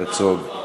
הרצוג.